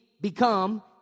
become